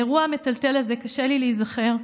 באירוע המטלטל הזה קשה לי להיזכר,